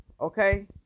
okay